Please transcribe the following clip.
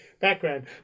background